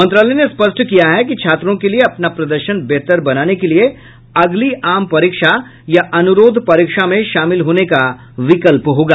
मंत्रालय ने स्पष्ट किया है कि छात्रों के लिये अपना प्रदर्शन बेहतर बनाने के लिये अगली आम परीक्षा या अनुरोध परीक्षा में शामिल होने का विकल्प होगा